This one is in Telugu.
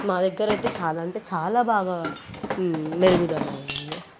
మా దగ్గర అయితే చాలా అంటే చాలా బాగా మెరుగుదల అయింది